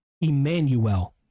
Emmanuel